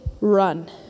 run